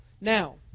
Now